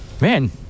Man